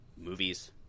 movies